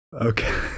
Okay